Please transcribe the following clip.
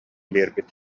биэрбит